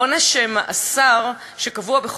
עונש המאסר הקבוע,